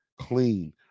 Clean